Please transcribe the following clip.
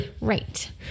Right